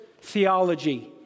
theology